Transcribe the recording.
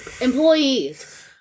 employees